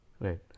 Right